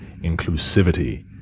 inclusivity